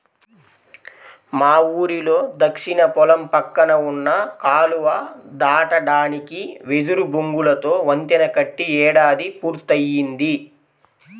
మా ఊరిలో దక్షిణ పొలం పక్కన ఉన్న కాలువ దాటడానికి వెదురు బొంగులతో వంతెన కట్టి ఏడాది పూర్తయ్యింది